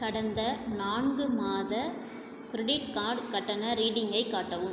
கடந்த நான்கு மாத கிரெடிட் கார்டு கட்டண ரீடிங்கை காட்டவும்